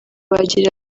bagira